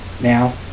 now